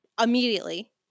immediately